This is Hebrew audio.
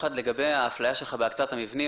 לגבי האפליה שלך בהקצאת המבנים.